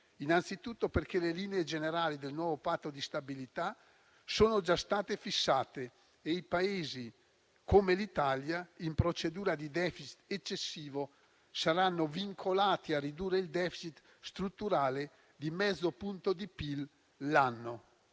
Innanzitutto perché le linee generali del nuovo Patto di stabilità sono già state fissate e i Paesi, come l'Italia, in procedura di *deficit* eccessivo saranno vincolati a ridurre il *deficit* strutturale di mezzo punto di PIL l'anno.